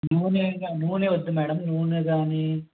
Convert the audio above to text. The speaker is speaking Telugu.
నూనె గ నూనె వద్దు మేడం నూనె కానీ